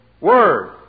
word